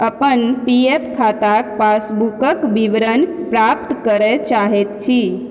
अपन P F खाताके पासबुकके विवरण प्राप्त करऽ चाहै छी